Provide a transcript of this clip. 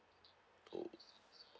oh